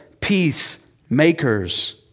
peacemakers